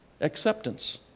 acceptance